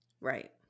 Right